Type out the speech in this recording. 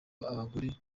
abagore